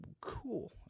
Cool